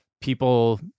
people